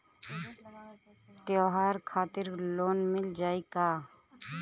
त्योहार खातिर लोन मिल जाई का?